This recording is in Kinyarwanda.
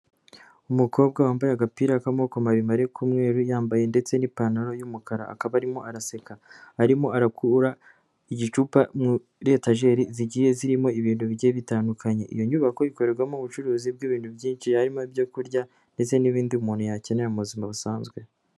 Umukobwa wambaye agapira k'amaboko maremare y'umweru, yambaye ndetse n'ipantaro y'umukara akaba arimo araseka arimo arakurura igicupa muri etajeri zigiye zirimo ibintu bigiye bitandukanye, iyo nyubako ikorerwamo ubucuruzi bw'ibintu byinshi harimo ibyo kurya ndetse n'ibindi umuntu yakenera mu buzima busanzwe.